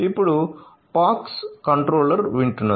ఇప్పుడు POX controller వింటున్నది